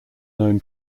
known